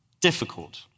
difficult